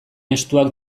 estuak